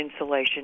insulation